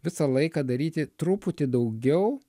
visą laiką daryti truputį daugiau